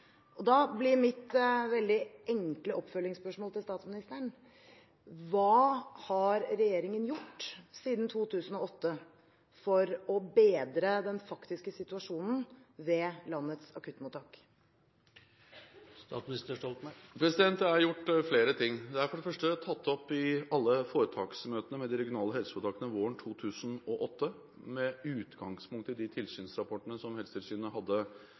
Da blir mitt veldig enkle oppfølgingsspørsmål til statsministeren: Hva har regjeringen gjort siden 2008 for å bedre den faktiske situasjonen ved landets akuttmottak? Det er gjort flere ting. Det er for det første tatt opp i alle foretaksmøtene med de regionale helseforetakene våren 2008, med utgangspunkt i de tilsynsrapportene som Helsetilsynet hadde